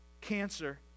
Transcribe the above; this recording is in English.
cancer